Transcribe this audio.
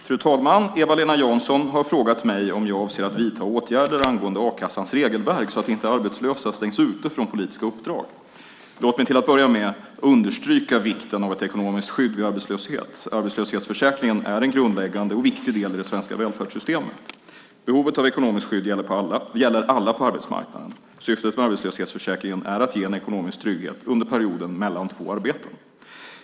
Fru talman! Eva-Lena Jansson har frågat mig om jag avser att vidta åtgärder angående a-kassans regelverk så att inte arbetslösa stängs ute från politiska uppdrag. Låt mig till att börja med understryka vikten av ett ekonomiskt skydd vid arbetslöshet. Arbetslöshetsförsäkringen är en grundläggande och viktig del i det svenska välfärdssystemet. Behovet av ekonomiskt skydd gäller alla på arbetsmarknaden. Syftet med arbetslöshetsförsäkringen är att ge en ekonomisk trygghet under perioden mellan två arbeten.